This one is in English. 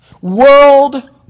world